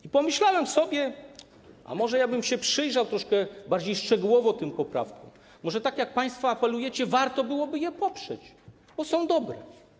I pomyślałem sobie: a może ja bym się przyjrzał troszkę bardziej szczegółowo tym poprawkom, może, tak jak państwo apelujecie, warto byłoby je poprzeć, bo są dobre.